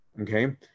Okay